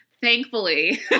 Thankfully